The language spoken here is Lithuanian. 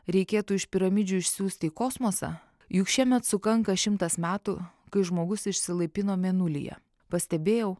reikėtų iš piramidžių išsiųsti į kosmosą juk šiemet sukanka šimtas metų kai žmogus išsilaipino mėnulyje pastebėjau